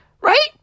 Right